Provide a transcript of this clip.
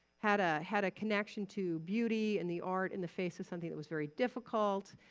had ah had a connection to beauty and the art in the face of something that was very difficult.